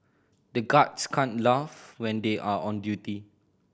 the guards can't laugh when they are on duty